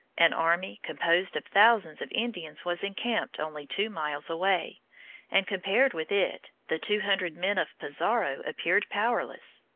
an army composed of thousands of indians was encamped only two miles away and compared with it, the two hundred men of pizarro appeared powerless.